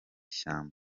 shyamba